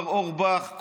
מר אורבך,